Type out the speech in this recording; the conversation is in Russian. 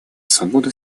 свободы